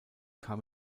kam